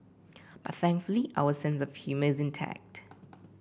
but thankfully our sense of humour is intact